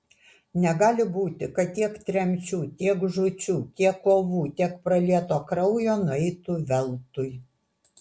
negali būti kad tiek tremčių tiek žūčių tiek kovų tiek pralieto kraujo nueitų veltui